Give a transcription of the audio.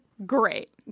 Great